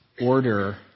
order